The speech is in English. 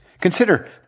Consider